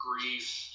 grief